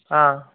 ஆ